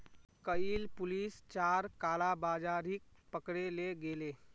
कइल पुलिस चार कालाबाजारिक पकड़े ले गेले